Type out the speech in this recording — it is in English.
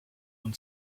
when